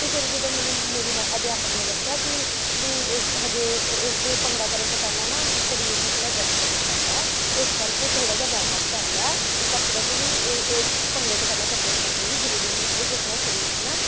ਅਤੇ ਫਿਰ ਜਦੋਂ ਮੈਨੂੰ ਮੇਰੀ ਮੈ ਅਧਿਆਪਕ ਨੇ ਦੱਸਿਆ ਕਿ ਵੀ ਅਜੇ ਭੰਗੜਾ ਕਰਨ ਤੋਂ ਪਹਿਲਾਂ ਨਾ ਸਰੀਰ ਨੂੰ ਥੋੜ੍ਹਾ ਗਰਮ ਕਰਨਾ ਪੈਂਦਾ ਇਸ ਕਰਕੇ ਥੋੜ੍ਹਾ ਜਿਹਾ ਵੋਮਅਪ ਕਰ ਲੈ ਕਸਰਤ ਵੀ ਇਸ ਭੰਗੜੇ ਤੋਂ ਪਹਿਲਾਂ ਕਸਰਤ ਕਰਨੀ ਵੀ ਜ਼ਰੂਰੀ ਹੁੰਦੀ ਹੈ ਜਿਸ ਨਾਲ ਸਰੀਰ ਦੀਆਂ